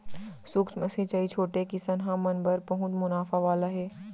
सूक्ष्म सिंचई छोटे किसनहा मन बर बहुत मुनाफा वाला हे